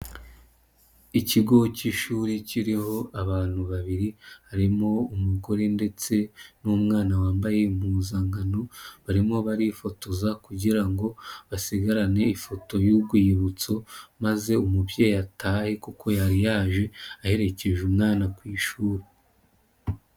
Ikigo cy'ishuri kiriho abantu babiri harimo umugore ndetse n'umwana wambaye impuzankano barimo barifotoza kugira ngo basigarane ifoto y'urwibutso maze umubyeyi atahe kuko yari yaje aherekeje umwana ku ishuri.